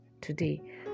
today